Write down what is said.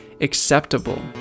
acceptable